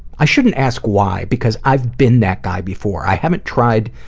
i shouldn't ask why because i've been that guy before. i haven't tried,